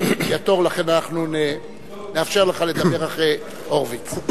לכן נאפשר לך לדבר אחרי הורוביץ.